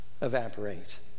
evaporate